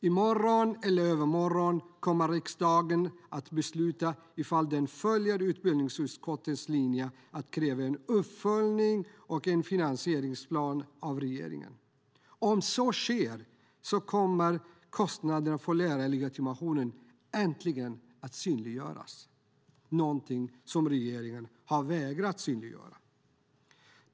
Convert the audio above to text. I morgon eller övermorgon kommer riksdagen att besluta ifall man ska följa utbildningsutskottets linje att kräva en uppföljning och en finansieringsplan av regeringen. Om så sker kommer kostnaderna för lärarlegitimationen äntligen att synliggöras, något som regeringen har vägrat att synliggöra.